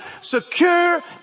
secure